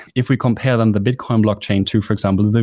if we compare them, the bitcoin blockchain to, for example,